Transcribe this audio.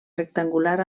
rectangular